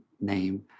name